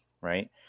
right